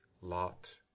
lot